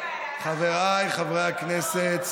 חבריי חברי כנסת,